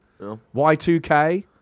Y2K